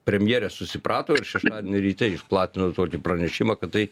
premjerė susiprato ir šeštadienį ryt išplatino tokį pranešimą kad tai